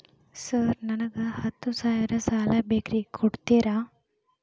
Sir ನನಗ ಹತ್ತು ಸಾವಿರ ಸಾಲ ಬೇಕ್ರಿ ಕೊಡುತ್ತೇರಾ?